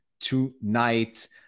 tonight